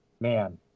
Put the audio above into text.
man